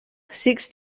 six